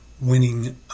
winning